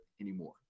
anymore